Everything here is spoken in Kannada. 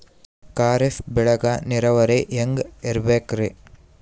ಖರೀಫ್ ಬೇಳಿಗ ನೀರಾವರಿ ಹ್ಯಾಂಗ್ ಇರ್ಬೇಕರಿ?